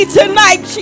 tonight